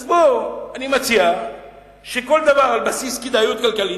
אז אני מציע שכל דבר יהיה על בסיס כדאיות כלכלית,